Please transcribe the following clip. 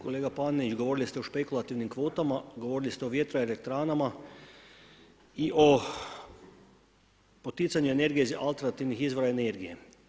Kolega Panenić, govorili ste o špekulativnim kvotama, govorili ste o vjetroelektranama i o poticanju energije iz alternativnih izvora energije.